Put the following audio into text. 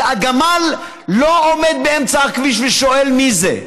הגמל לא עומד באמצע הכביש ושואל: מי זה?